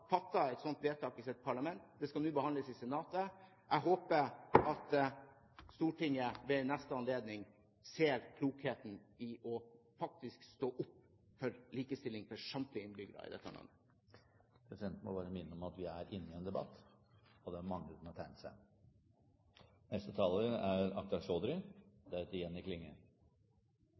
et slikt vedtak i sitt parlament. Det skal nå behandles i senatet. Jeg håper at Stortinget ved neste anledning ser klokheten i det å stå opp for likestilling for samtlige innbyggere i dette landet. Presidenten må bare minne om at vi er inne i en debatt, og det er mange som har tegnet